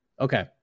Okay